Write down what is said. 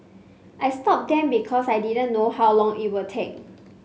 I stopped them because I didn't know how long it would take